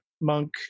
monk